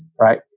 right